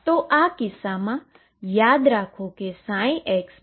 તો આ કિસ્સામાં યાદ રાખો xψ છે